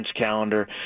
calendar